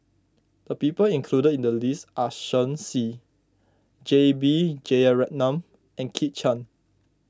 the people included in the list are Shen Xi J B Jeyaretnam and Kit Chan